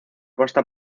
costa